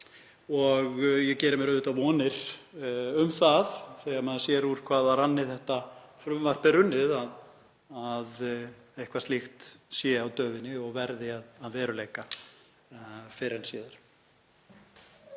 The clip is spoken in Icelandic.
Ég geri mér auðvitað vonir um það, þegar maður sér úr hvaða ranni þetta frumvarp er runnið, að eitthvað slíkt sé á döfinni og verði að veruleika fyrr en síðar.